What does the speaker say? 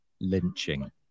lynching